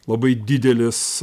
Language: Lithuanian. labai didelis